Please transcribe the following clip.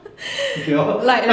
okay lor